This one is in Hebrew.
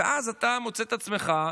ואז אתה מוצא את עצמך,